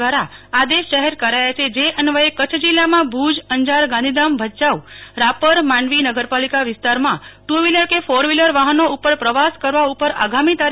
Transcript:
દ્વારા આદેશ જાહેર કરાયા છે જે અન્વયે કચ્છ જિલ્લામાં ભુજ અંજાર ગાંધીધામ ભયાઉ રાપર માંડવી નગરપાલિકા વિસ્તારમાં ટુ વ્હીલર કે ફોર વ્હીલર વાહનો ઉપર પ્રવાસ કરવા ઉપર આગામી તા